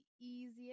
easiest